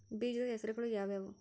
ಬೇಜದ ಹೆಸರುಗಳು ಯಾವ್ಯಾವು?